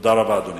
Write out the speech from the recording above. תודה רבה, אדוני.